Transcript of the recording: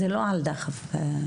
זה לא על דחף מיני.